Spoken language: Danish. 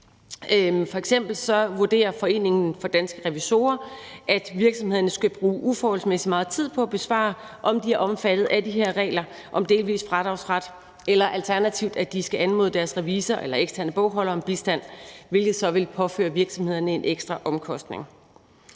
vurderer FSR – danske revisorer, at virksomhederne skal bruge uforholdsmæssig meget tid på at besvare, om de er omfattet af de her regler om delvis fradragsret, eller om de alternativt skal anmode deres revisor eller eksterne bogholder om bistand, hvilket så vil påføre virksomhederne en ekstra omkostning.